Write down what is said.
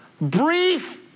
brief